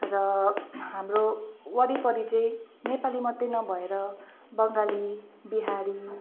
र हाम्रो वरिपरि चाहिँ नेपाली मात्रै नभएर बङ्गाली बिहारी